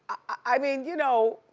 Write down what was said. i mean, you know,